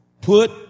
put